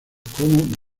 como